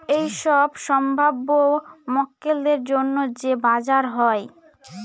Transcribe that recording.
এইসব সম্ভাব্য মক্কেলদের জন্য যে বাজার হয়